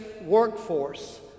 workforce